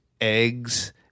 eggs